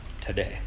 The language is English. today